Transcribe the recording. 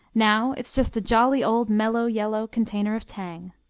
now it's just a jolly old mellow, yellow container of tang.